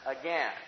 again